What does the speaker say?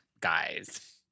guys